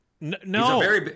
No